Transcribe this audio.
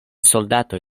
soldatoj